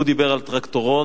הוא דיבר על טרקטורון.